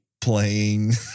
playing